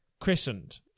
Christened